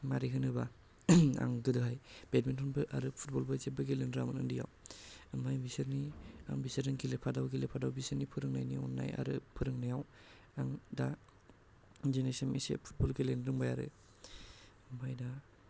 मारै होनोबा आं गोदोहाय बेटमिन्ट बो आरो फुटबल बो जेबो गेलेनो रोङामोन उन्दैयाव ओमफ्राय बिसोरनि बिसोरजों गेलेफादाव गेलेफादाव बिसोरनि फोरोंनायनि अननाय आरो फोरोंनायाव आं दा दिनैसिम एसे फुटबल गेलेनो रोंबाय आरो ओमफ्राय दा